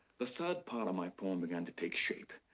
the third part of my poem began to take shape.